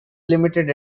limited